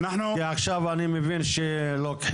כי עכשיו אני מבין שלוקחים,